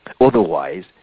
Otherwise